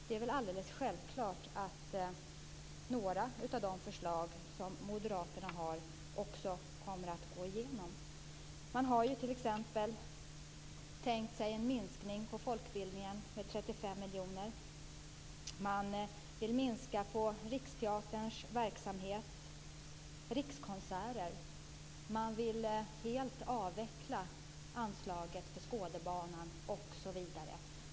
Det är väl alldeles självklart att några av de förslag som Moderaterna har också kommer att gå igenom. Man har tänkt sig en minskning på folkbildningen med 35 miljoner kronor. Man vill minska på Riksteaterns verksamhet och Rikskonserter. Man vill helt avveckla anslaget till Skådebanan osv.